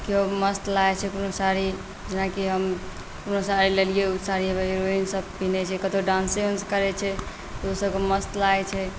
केओ मस्त लागै छै कोनो साड़ी जेनाकि हम कोनो साड़ी लेलिए ओ साड़ी अगर हीरोइनसब पिनहै छै कतहु डान्से उन्स करै छै तऽ ओसबके मस्त लागै छै